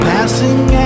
Passing